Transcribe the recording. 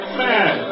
man